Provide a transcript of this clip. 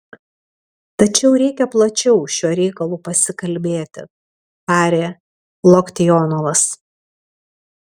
tačiau reikia plačiau šiuo reikalu pasikalbėti tarė loktionovas